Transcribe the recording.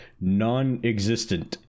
Non-existent